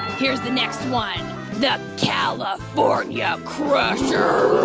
here's the next one the california crusher